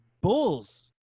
Bulls